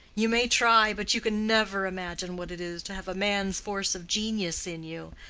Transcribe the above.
you may try but you can never imagine what it is to have a man's force of genius in you,